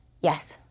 Yes